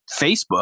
Facebook